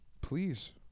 please